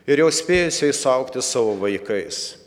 ir jau spėjusiais suaugti savo vaikais